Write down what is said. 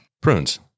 Prunes